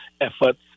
efforts